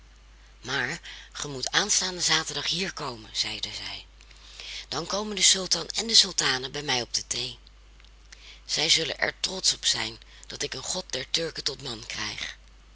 maar ge moet aanstaanden zaterdag hier komen zeide zij dan komen de sultan en de sultane bij mij op de thee zij zullen er trotsch op zijn dat ik een god der turken tot man krijg